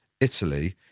Italy